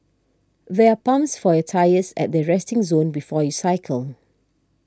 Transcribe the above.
there are pumps for your tyres at the resting zone before you cycle